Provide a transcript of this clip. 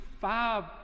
five